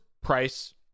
price